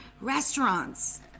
Restaurants